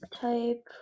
type